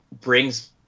brings